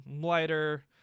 lighter